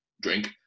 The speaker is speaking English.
Drink